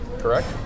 Correct